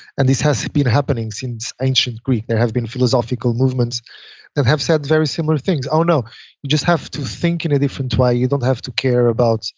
and this has been happening since ancient greek. there has been philosophical movements that have said very similar things. oh, no. you just have to think in a different way. you don't have to care about